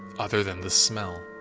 other than the smell.